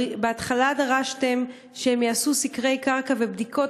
בהתחלה דרשתם שהם יעשו סקרי קרקע ובדיקות